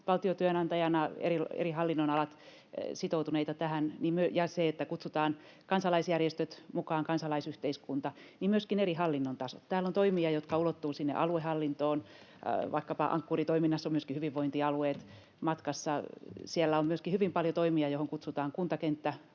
valtiotyönantajana, eri hallinnonaloina, sitoutuneita tähän ja kutsutaan kansalaisjärjestöt mukaan, kansalaisyhteiskunta, niin myöskin eri hallinnon tasoilla täällä on toimia, jotka ulottuvat sinne aluehallintoon. Vaikkapa Ankkuri-toiminnassa myöskin hyvinvointialueet ovat matkassa. Siellä on myöskin hyvin paljon toimia, joihin kutsutaan kuntakenttä